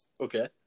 okay